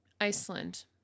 Iceland